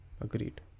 Agreed